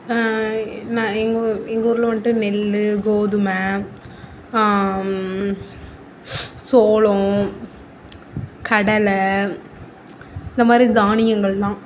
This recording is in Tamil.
ந எங்கள் ஊ எங்கள் ஊரில் வந்துட்டு நெல்லு கோதுமை சோளம் கடலை இந்தமாதிரி தானியங்களெலாம்